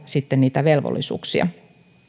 sitten olla velvollisuuksia